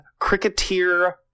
Cricketeer